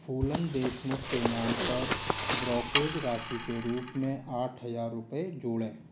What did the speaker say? फूलन देशमुख के नाम पर ब्रोकरेज़ राशि के रूप में रूप में आठ हज़ार रुपये जोड़ें